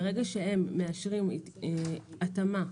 ברגע שהם מאשרים התאמה,